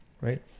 right